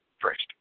first